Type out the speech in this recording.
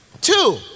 two